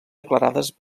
declarades